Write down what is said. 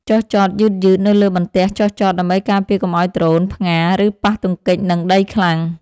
ចុះចតយឺតៗនៅលើបន្ទះចុះចត ដើម្បីការពារកុំឱ្យដ្រូនផ្ងារ ឬប៉ះទង្គិចនឹងដីខ្លាំង។